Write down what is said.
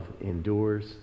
endures